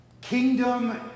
Kingdom